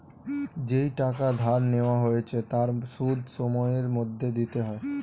যেই টাকা ধার নেওয়া হয়েছে তার সুদ সময়ের মধ্যে দিতে হয়